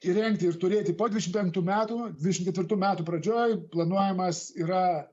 įrengti ir turėti po dvidešimt penktų metų dvidešimt ketvirtų metų pradžioj planuojamas yra